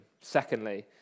secondly